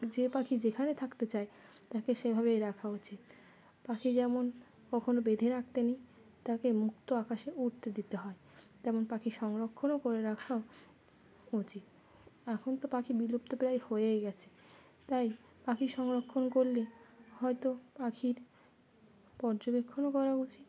যে পাখি যেখানে থাকতে চায় তাকে সেভাবেই রাখা উচিত পাখি যেমন কখনও বেঁধে রাখতে নিই তাকে মুক্ত আকাশে উড়তে দিতে হয় তেমন পাখি সংরক্ষণও করে রাখাও উচিত এখন তো পাখি বিলুপ্ত প্রায় হয়েই গেছে তাই পাখি সংরক্ষণ করলে হয়তো পাখির পর্যবেক্ষণও করা উচিত